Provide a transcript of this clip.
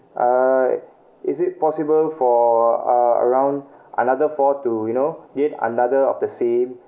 uh is it possible for uh around another four to you know get another of the same